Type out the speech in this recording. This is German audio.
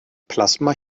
plasma